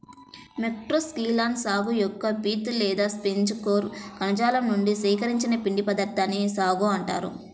Metroxylon సాగు యొక్క pith లేదా స్పాంజి కోర్ కణజాలం నుండి సేకరించిన పిండి పదార్థాన్నే సాగో అంటారు